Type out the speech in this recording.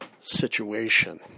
situation